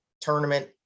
tournament